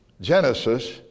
Genesis